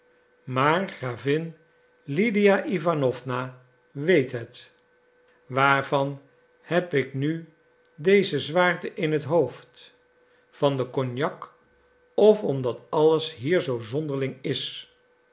maar gravin lydia iwanowna weet het waarvan heb ik nu deze zwaarte in het hoofd van den cognac of omdat alles hier zoo zonderling is